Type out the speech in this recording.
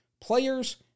players